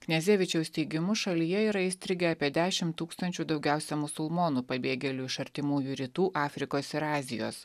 knezevičiaus teigimu šalyje yra įstrigę apie dešimt tūkstančių daugiausia musulmonų pabėgėlių iš artimųjų rytų afrikos ir azijos